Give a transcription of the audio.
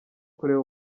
kureba